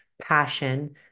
Passion